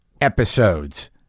episodes